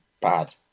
Bad